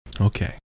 Okay